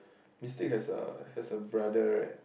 Mystic has a has a brother right